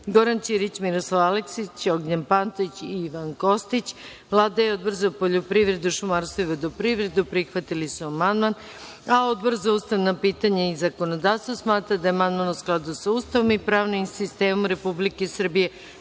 Goran Ćirić, Miroslav Aleksić, Ognjen Pantović i mr Ivan Kostić. Vlada i Odbor za poljoprivredu, šumarstvo i vodoprivredu prihvatili su amandman, a Odbor za ustavna pitanja i zakonodavstvo smatra da je amandman u skladu sa Ustavom i pravnim sistemom Republike Srbije,